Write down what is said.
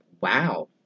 Wow